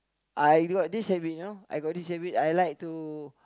I got this habit you know I got this habit I like to